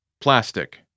Plastic